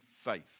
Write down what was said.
faith